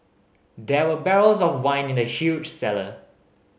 there were barrels of wine in the huge cellar